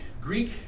Greek